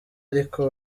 ariko